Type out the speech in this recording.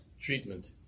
treatment